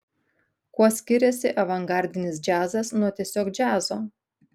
kuo skiriasi avangardinis džiazas nuo tiesiog džiazo